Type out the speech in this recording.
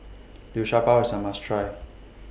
Liu Sha Bao IS A must Try